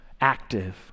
active